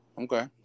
okay